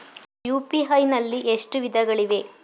UPI ನಲ್ಲಿ ಎಷ್ಟು ವಿಧಗಳಿವೆ?